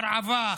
הרעבה,